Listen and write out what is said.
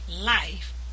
life